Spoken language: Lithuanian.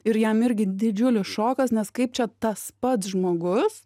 ir jam irgi didžiulis šokas nes kaip čia tas pats žmogus